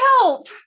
help